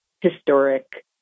historic